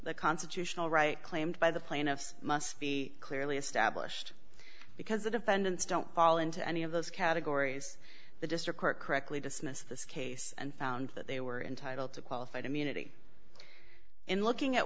the constitutional right claimed by the plaintiffs must be clearly established because the defendants don't fall into any of those categories the district court correctly dismissed this case and found that they were entitled to qualified immunity in looking at